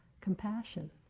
compassion